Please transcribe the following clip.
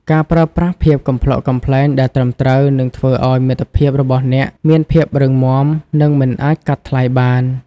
ការប្រើប្រាស់ភាពកំប្លុកកំប្លែងដែលត្រឹមត្រូវនឹងធ្វើឱ្យមិត្តភាពរបស់អ្នកមានភាពរឹងមាំនិងមិនអាចកាត់ថ្លៃបាន។